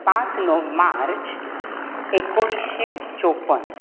पाच णव मार्च एकुणीश्शे चौप्पन